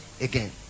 again